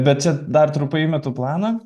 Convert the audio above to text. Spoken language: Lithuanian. bet čia dar trumpai įmetu planą